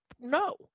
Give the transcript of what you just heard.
No